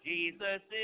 Jesus